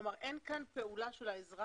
כלומר, בסעיפים האלה אין כאן פעולה של האזרח